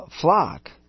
flock